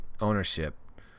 ownership